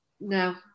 no